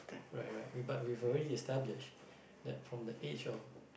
right right we but we have established then from the age of